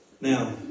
Now